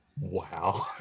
wow